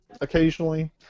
occasionally